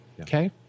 Okay